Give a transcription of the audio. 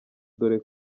dore